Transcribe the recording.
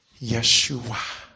Yeshua